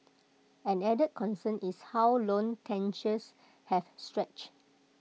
an added concern is how loan tenures have stretched